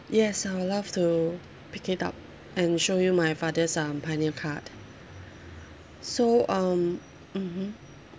yes I will love to pick it up and show you my father's um pioneer card so um mmhmm